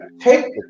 take